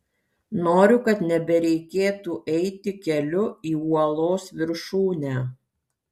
noriu kad nebereikėtų eiti keliu į uolos viršūnę